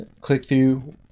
click-through